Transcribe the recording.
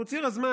הוא על ציר הזמן,